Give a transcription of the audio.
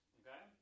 okay